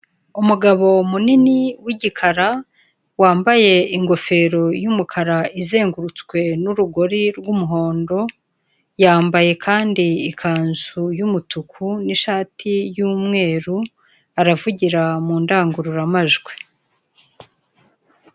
Umugabo munini w'igikara wambaye ingofero y'umukara izengurutswe n'urugori rw'umuhondo, yambaye kandi ikanzu y'umutuku n'ishati y'umweru aravugira mu ndangururamajwi.